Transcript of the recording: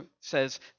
says